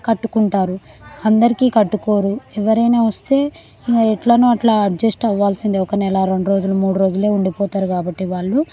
కట్టుకుంటారు అందరికీ కట్టుకోరు ఎవరైనా వస్తే ఎట్లనో అట్లా అడ్జస్ట్ అవ్వాల్సిందే ఒక నెల రెండు రోజులు మూడు రోజులే ఉండిపోతారు వాళ్ళు